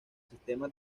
sistema